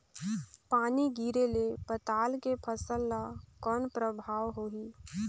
पानी गिरे ले पताल के फसल ल कौन प्रभाव होही?